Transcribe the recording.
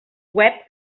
web